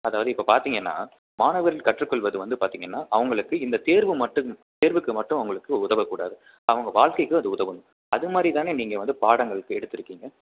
அதாவது இப்போ பார்த்தீங்கன்னா மாணவர் கற்றுக்கொள்வது வந்து பார்த்தீங்கன்னா அவங்களுக்கு இந்த தேர்வு மட்டும் தேர்வுக்கு மட்டும் அவங்களுக்கு உதவக்கூடாது அவங்க வாழ்க்கைக்கும் அது உதவணும் அது மாதிரி தானே நீங்கள் வந்து பாடங்கள் இப்போ எடுத்திருக்கீங்க